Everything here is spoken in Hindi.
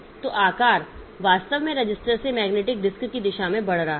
तो आकार वास्तव में रजिस्टर से मैग्नेटिक डिस्क की दिशा में बढ़ रहा है